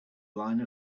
line